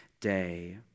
day